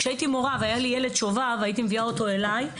כשהייתי מורה והיה לי ילד שובב הייתי מביאה אותו אלי,